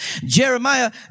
Jeremiah